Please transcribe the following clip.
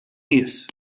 nies